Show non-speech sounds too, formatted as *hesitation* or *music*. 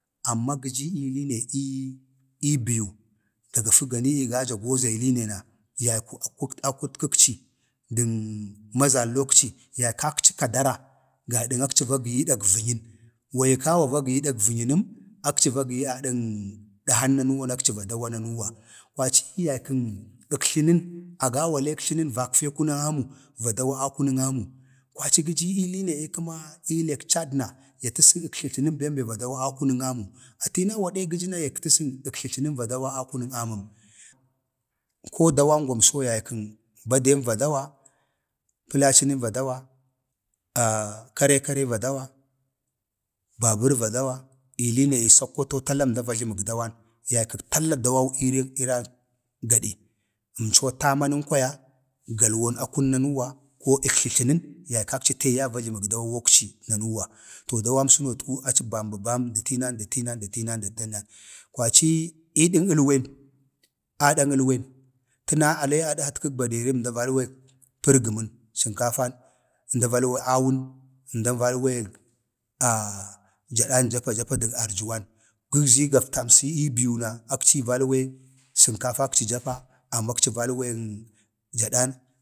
﻿amma gə jii ii liine ii biu ga gafa gani jan awaza ii liine na yayku aku akutkəkci dən mazallokci, yaykakci kadara, gadan akci va gəya ədək vənyən, wa yi kawa va giyi ədək vənyənəm, akci va giya adan dəhan nanuuwa na akci va dawa nanuuwa, kwaci yaykən əktlənən, agawa le əktlanən vakfe kunən amu va dawa akunən amu, kwaci gə ji ii liine ye kəma ii lek cad na ya təsək əktlətlənən bem be va dawa akunən amu, tinau gadə gə jəna ya təsən əktletlənən va dawa akunən aməm. ko dawangwamso yaykən beden va dawa pəlacə nən va dawa *hesitation* kare kare va dawa, babər va dawa ii liine ii sakkwato tala əmda va jləmək dawan, yaykək talla dawaw irig irali gade, yaykək coo tamanən kwaya galwoon, akun nanuuwa ko əktlətlənən yaykakci tee yaye va jləmən dawuwokci nanuuwa to dawamsontku aci bam bə bam də tinan də tinan. kwaci iidən əlwən adan əlwen, tana ale adhatkək baderi əmda valwek ərgəmən sankafan. əmda valwek awun əmda valwek *hesitation* jadan jap japa dən arjuwan gəgwzi gaftamsi ii biu na akci yi val wek sənkafakci japa amma akci valen jadan,